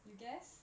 you guess